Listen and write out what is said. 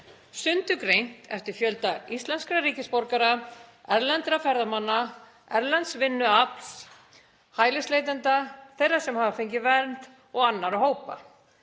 sundurgreint eftir fjölda íslenskra ríkisborgara, erlendra ferðamanna, erlends vinnuafls, hælisleitenda, þeirra sem hafa fengið vernd og annarra hópa.